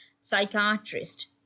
psychiatrist